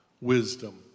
wisdom